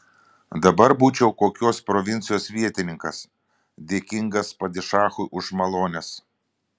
dabar būčiau kokios provincijos vietininkas dėkingas padišachui už malones